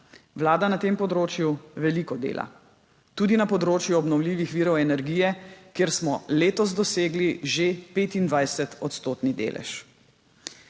Vlada na tem področju veliko dela, tudi na področju obnovljivih virov energije, kjer smo letos dosegli že 25-odstotni delež.